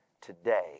today